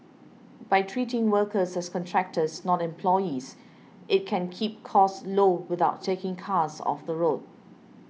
by treating workers as contractors not employees it can keep costs low without taking cars off the road